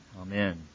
Amen